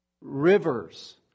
Rivers